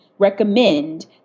recommend